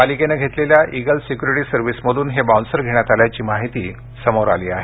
पालिकेने घेतलेल्या eagle security सर्व्हिसमधून हे बाऊन्सर घेण्यात आल्याची माहिती समोर आली आहे